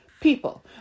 people